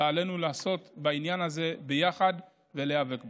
ועלינו לעסוק בעניין הזה ביחד ולהיאבק בו.